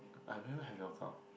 I've never had your account